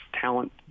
talent